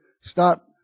Stop